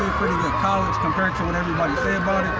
pretty good college compared to what everybody says